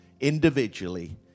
individually